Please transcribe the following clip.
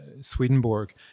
Swedenborg